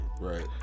Right